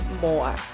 more